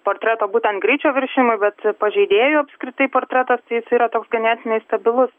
portreto būtent greičio viršijimui bet pažeidėjų apskritai portretas tai jis yra toks ganėtinai stabilus